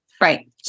Right